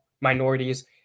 minorities